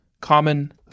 common